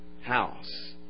house